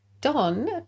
don